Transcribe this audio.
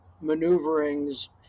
maneuverings